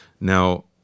Now